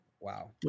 Wow